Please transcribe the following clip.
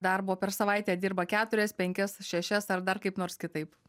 darbo per savaitę dirba keturias penkias šešias ar dar kaip nors kitaip